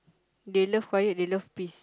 they love quiet they love peace